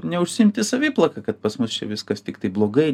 neužsiimti saviplaka kad pas mus čia viskas tiktai blogai